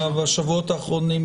בשבועות האחרונים,